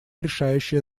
решающее